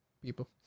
people